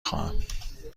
خواهم